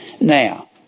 Now